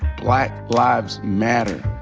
black lives matter.